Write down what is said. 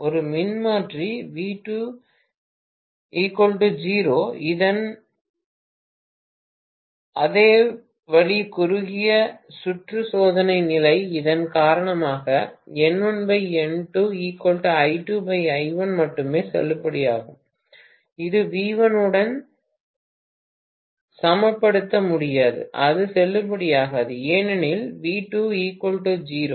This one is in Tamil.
ஒரு மின்மாற்றி V2 0 இன் அதே வழி குறுகிய சுற்று சோதனை நிலை இதன் காரணமாக மட்டுமே செல்லுபடியாகும் இது V1 உடன் சமப்படுத்த முடியாது அது செல்லுபடியாகாது ஏனெனில் V2 0